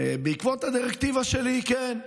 בעקבות הדירקטיבה שלי, כן,